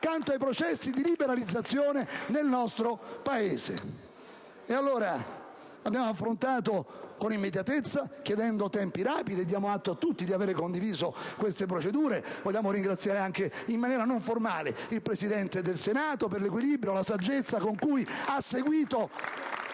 accanto ai processi di liberalizzazione nel nostro Paese. Abbiamo affrontato con immediatezza la situazione, chiedendo tempi rapidi e diamo atto a tutti di avere condiviso queste procedure. Desideriamo ringraziare in maniera non formale il Presidente del Senato per l'equilibrio, la saggezza con cui ha seguito